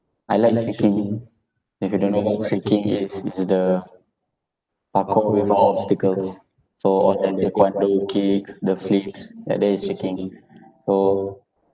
I like tricking if you don't know what tricking is it's the parkour without obstacles so all the taekwando kicks the flips tha~ that is tricking so